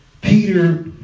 Peter